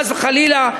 חס וחלילה,